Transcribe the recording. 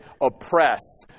oppress